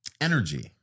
energy